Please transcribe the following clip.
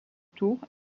tours